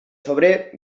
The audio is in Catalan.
febrer